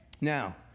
Now